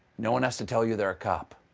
no one has to tell you they're a cop.